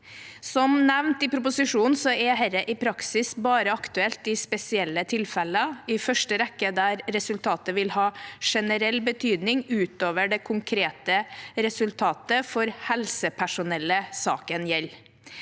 Som nevnt i proposisjonen er dette i praksis bare aktuelt i spesielle tilfeller, i første rekke der resultatet vil ha generell betydning utover det konkrete resultatet for helsepersonellet saken gjelder.